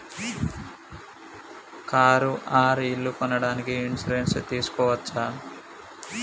Car or ఇల్లు కొనడానికి insurance తీస్కోవచ్చా?